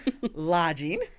lodging